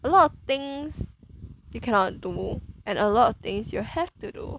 a lot of things you cannot do and a lot of things you will have to do